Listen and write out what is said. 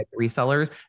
Resellers